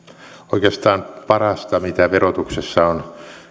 oikeastaan parasta mitä verotuksessa on